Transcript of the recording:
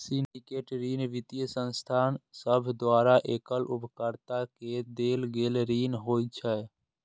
syndicate ऋण वित्तीय संस्थान सभ द्वारा एकल उधारकर्ता के देल गेल ऋण होइ छै